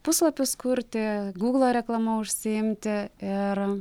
puslapius kurti gūglo reklama užsiimti ir